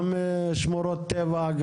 גם שמורות טבע,